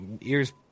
ears